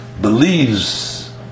believes